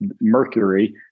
mercury